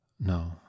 No